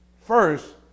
first